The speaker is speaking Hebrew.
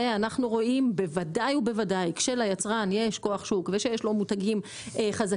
אנחנו רואים בוודאי כשליצרן יש כוח שוק או שיש לו מותגים חזקים,